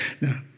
Now